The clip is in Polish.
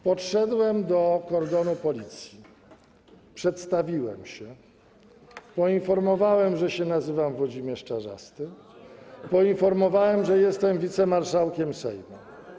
Podszedłem do kordonu policji, przedstawiłem się, poinformowałem, że nazywam się Włodzimierz Czarzasty, poinformowałem, że jestem wicemarszałkiem Sejmu.